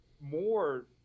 more